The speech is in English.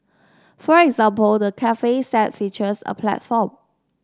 for example the cafe set features a platform